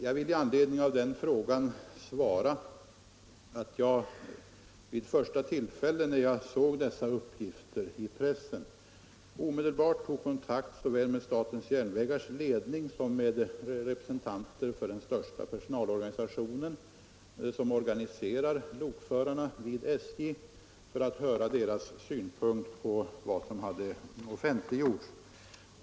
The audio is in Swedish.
Jag vill med anledning av den ställda frågan svara att jag när jag såg dessa uppgifter i pressen omedelbart tog kontakt såväl med statens järnvägars ledning som med representanter för det största av de personalförbund som organiserar lokförarna vid SJ för att höra deras synpunkter på de uppgifter som hade offentliggjorts.